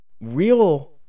real